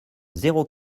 zéro